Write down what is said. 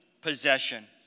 possession